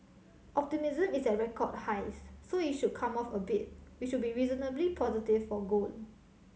optimism is at record highs so it should come off a bit which would be reasonably positive for gold